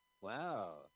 Wow